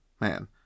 Man